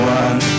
one